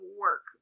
work